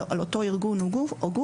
על אותו ארגון או גוף